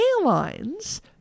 airlines –